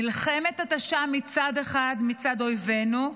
מלחמת התשה מצד אחד, מצד אויבינו,